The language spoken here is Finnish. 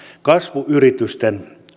kasvuyritysten